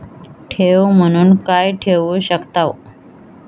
ठेव म्हणून काय ठेवू शकताव?